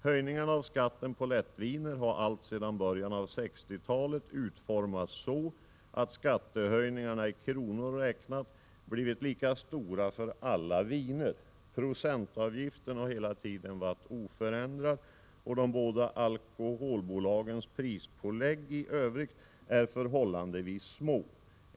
Höjningarna av skatten på lättviner har alltsedan början av 1960-talet utformats så att skattehöjningarna i kronor räknat blivit lika stora för alla viner. Procentavgiften har hela tiden varit oförändrad, och Vin & Spritcentralens och Systembolagets prispålägg i övrigt är förhållandevis små.